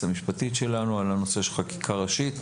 המשפטית שלנו על הנושא של חקיקה ראשית.